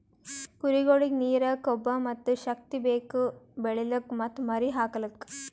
ಕುರಿಗೊಳಿಗ್ ನೀರ, ಕೊಬ್ಬ ಮತ್ತ್ ಶಕ್ತಿ ಬೇಕು ಬೆಳಿಲುಕ್ ಮತ್ತ್ ಮರಿ ಹಾಕಲುಕ್